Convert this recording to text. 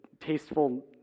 tasteful